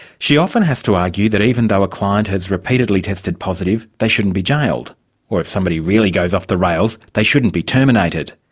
she often has to argue that even though a client has repeatedly tested positive, they shouldn't be jailed or if somebody really goes off the rails, they shouldn't be terminated.